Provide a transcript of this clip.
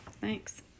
thanks